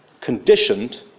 conditioned